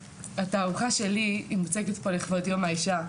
התערוכה שלי היא מוצגת פה לכבוד יום האישה,